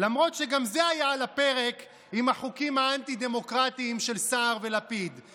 למרות שגם זה היה על הפרק עם החוקים האנטי-דמוקרטיים של סער ולפיד,